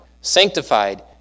sanctified